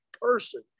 person